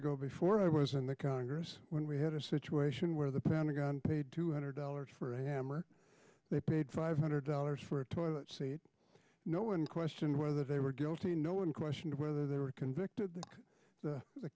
ago before i was in the congress when we had a situation where the pentagon paid two hundred dollars for a hammer they paid five hundred dollars for a toilet seat no one questioned whether they were guilty no one questioned whether they were convicted